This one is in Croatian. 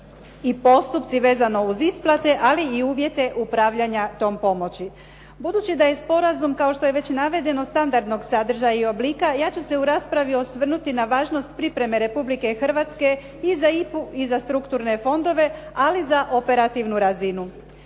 i postupci vezano uz isplate, ali i uvjete upravljanja tom pomoći. Budući da je sporazum, kao što je već navedeno, standardnog sadržaja i oblika, ja ću se u raspravi osvrnuti na važnost pripreme Republike Hrvatske i za IPA-u i za strukturne fondove, ali i za operativnu razinu.